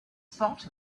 thought